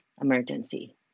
emergency